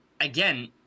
Again